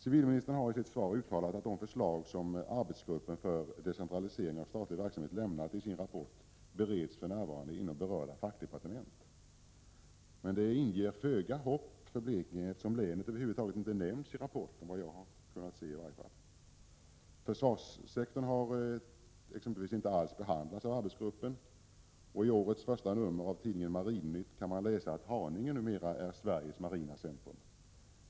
Civilministern har i sitt svar uttalat att de förslag som arbetsgruppen för decentralisering av statlig verksamhet lämnat i sin rapport för närvarande bereds inom berörda fackdepartement. Det inger emellertid föga hopp för Blekinge, eftersom länet, enligt vad jag har kunnat se, över huvud taget inte nämns i rapporten. Exempelvis försvarssektorn har inte alls behandlats av arbetsgruppen. I årets första nummer av tidningen Marin-Nytt kan man läsa att Haninge kommun är Sveriges marina centrum.